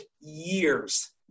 years